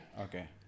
Okay